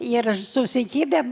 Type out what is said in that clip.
ir susikibę